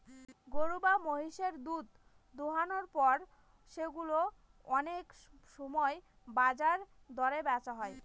গরু বা মহিষের দুধ দোহানোর পর সেগুলো অনেক সময় বাজার দরে বেচা হয়